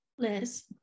Liz